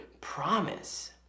promise